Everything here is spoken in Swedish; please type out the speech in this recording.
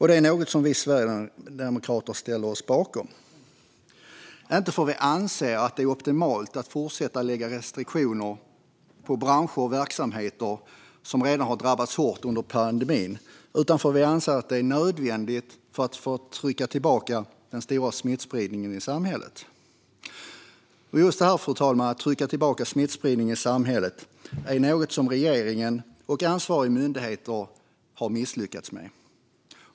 Det är något som vi sverigedemokrater ställer oss bakom, inte för att vi anser att det är optimalt att fortsätta att lägga restriktioner på branscher och verksamheter som redan har drabbats hårt under pandemin utan för att vi anser att det är nödvändigt för att trycka tillbaka den stora smittspridningen i samhället. Just det här, fru talman, att trycka tillbaka smittspridningen i samhället, är något som regeringen och ansvariga myndigheter har misslyckats med.